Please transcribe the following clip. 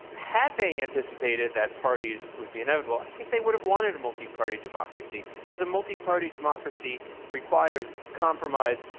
had they anticipated that parties would be inevitable, i think they would have wanted a multi-party democracy because a multi-party democracy requires compromise,